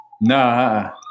No